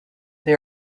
they